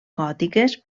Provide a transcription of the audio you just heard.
gòtiques